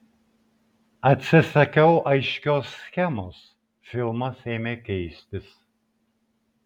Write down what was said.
atsisakiau aiškios schemos filmas ėmė keistis